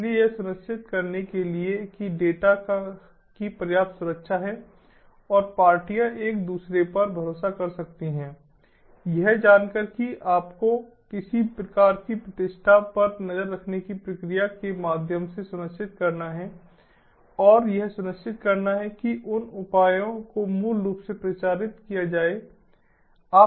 इसलिए यह सुनिश्चित करने के लिए कि डेटा की पर्याप्त सुरक्षा है और पार्टियां एक दूसरे पर भरोसा कर सकती हैं यह जानकर कि आपको किसी प्रकार की प्रतिष्ठा पर नज़र रखने की प्रक्रिया के माध्यम से सुनिश्चित करना है और यह सुनिश्चित करना है कि उन उपायों को मूल रूप से प्रचारित किया जाए